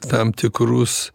tam tikrus